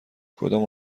کدام